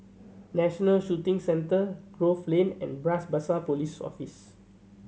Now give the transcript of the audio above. National Shooting Centre Grove Lane and Bras Basah Post Office